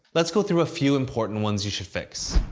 let's go through a few important ones you should fix.